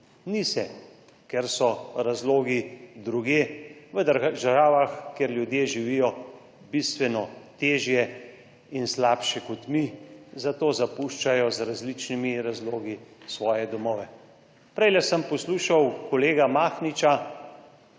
Ni se, ker so razlogi drugje, v državah, kjer ljudje živijo bistveno težje in slabše kot mi, zato zapuščajo z različnimi razlogi svoje domove. Prejle sem poslušal kolega Mahniča,